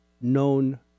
known